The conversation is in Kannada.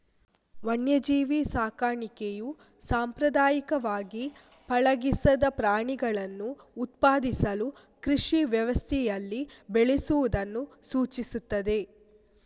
ವನ್ಯಜೀವಿ ಸಾಕಣೆಯು ಸಾಂಪ್ರದಾಯಿಕವಾಗಿ ಪಳಗಿಸದ ಪ್ರಾಣಿಗಳನ್ನು ಉತ್ಪಾದಿಸಲು ಕೃಷಿ ವ್ಯವಸ್ಥೆಯಲ್ಲಿ ಬೆಳೆಸುವುದನ್ನು ಸೂಚಿಸುತ್ತದೆ